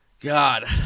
God